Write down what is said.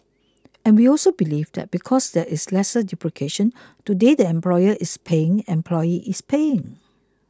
and we also believe that because there is lesser duplication today the employer is paying employee is paying